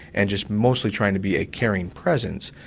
and just mostly trying to be a caring presence.